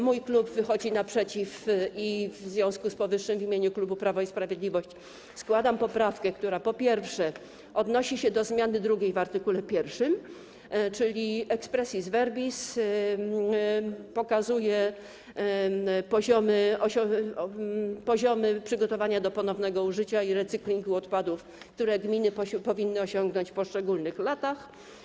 Mój klub wychodzi naprzeciw i w związku z powyższym w imieniu klubu Prawo i Sprawiedliwość składam poprawkę, która po pierwsze, odnosi się do zmiany drugiej w art. 1, czyli expressis verbis pokazuje poziomy przygotowania do ponownego użycia i recyklingu odpadów, które gminy powinny osiągnąć w poszczególnych latach.